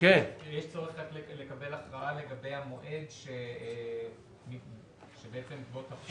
יש צורך רק לקבל הכרעה לגבי המועד שבעצם בו תחול ההוראה.